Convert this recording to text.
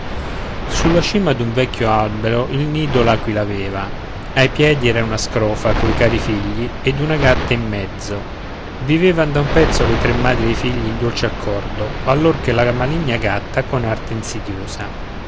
sulla cima d'un vecchio albero il nido l'aquila aveva ai piedi era una scrofa coi cari figli ed una gatta in mezzo vivean da un pezzo le tre madri e i figli in dolce accordo allor che la maligna gatta con arte insidiosa